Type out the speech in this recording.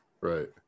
Right